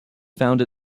found